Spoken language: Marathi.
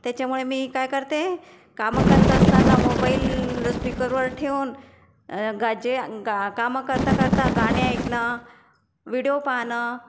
त्याच्यामुळे मी काय करते कामं करत असताना मोबाईल स्पीकरवर ठेवून जे कामं करता करता गाणे ऐकणं व्हिडिओ पाहणं